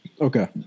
Okay